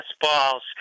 balls